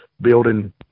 building